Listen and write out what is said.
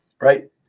right